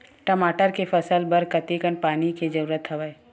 टमाटर के फसल बर कतेकन पानी के जरूरत हवय?